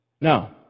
Now